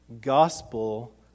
gospel